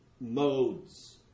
modes